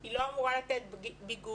היא לא אמורה לתת ביגוד,